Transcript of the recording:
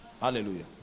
Hallelujah